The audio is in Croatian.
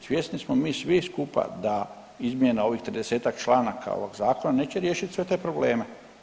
Svjesni smo mi svi skupa da izmjena ovih tridesetak članaka ovog zakona neće riješiti sve te probleme.